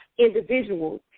individuals